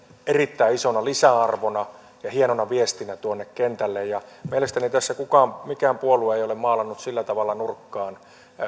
erittäin isona lisäarvona ja hienona viestinä tuonne kentälle mielestäni tässä mikään puolue ei ole maalannut sillä tavalla nurkkaan